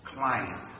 Client